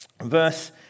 verse